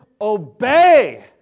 obey